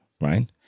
right